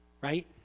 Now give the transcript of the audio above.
right